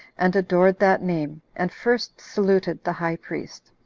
and adored that name, and first saluted the high priest.